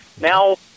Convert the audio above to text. Now